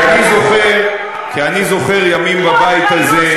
20 שנה לרצח רבין, כי אני זוכר ימים בבית הזה,